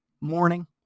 morning